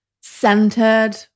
centered